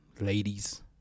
ladies